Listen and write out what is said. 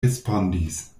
respondis